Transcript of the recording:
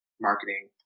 marketing